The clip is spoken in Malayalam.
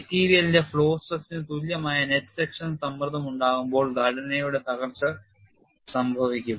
മെറ്റീരിയലിന്റെ flow stress ന് തുല്യമായ നെറ്റ് സെക്ഷൻ സമ്മർദ്ദം ഉണ്ടാകുമ്പോൾ ഘടനയുടെ തകർച്ച സംഭവിക്കും